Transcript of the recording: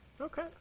Okay